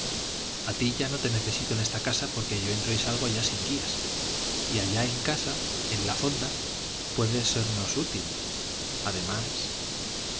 a ti ya no te necesito en esta casa porque yo entro y salgo ya sin guías y allá en casa en la fonda puedes sernos útil además